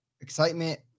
excitement